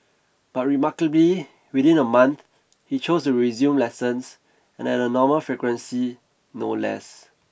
but remarkably within a month he chose to resume lessons and at a normal frequency no less